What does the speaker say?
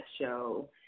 show